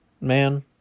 man